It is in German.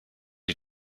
die